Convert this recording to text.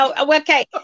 Okay